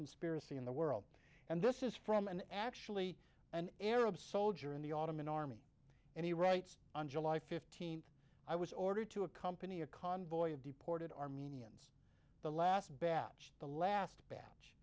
conspiracy in the world and this is from an actually an arab soldier in the autumn an army and he writes on july fifteenth i was ordered to accompany a convoy of deported armenian the last batch the last batch